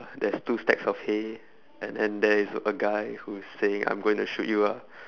there's two stacks of hay and then there is a guy who is saying I'm gonna shoot you ah